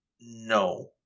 No